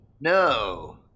No